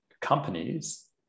companies